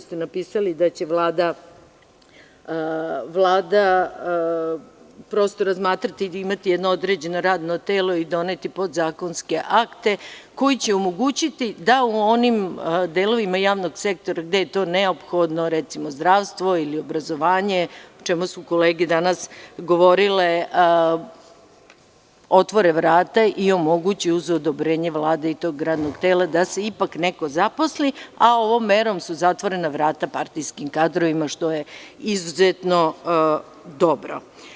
ste napisali da će Vlada razmatrati i imati jedno određeno radno telo i doneti podzakonske akte koji će omogućiti da u onim delovima javnog sektora gde je to neophodno, zdravstvo ili obrazovanje, o čemu su kolege danas govorile, otvore vrata i omoguće uz odobrenje Vlade i tog radnog tela da se ipak neko zaposli, a ovom merom su zatvorena vrata partijskim kadrovima, što je izuzetno dobro.